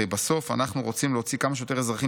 הרי בסוף אנחנו רוצים להוציא כמה שיותר אזרחים